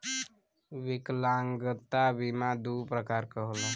विकलागंता बीमा दू प्रकार क होला